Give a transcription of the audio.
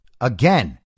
Again